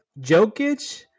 Jokic